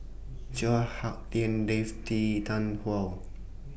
Chua Hak Lien Dave T Tarn How